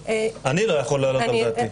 אני לא יכול להעלות על דעתי.